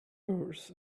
birth